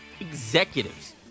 executives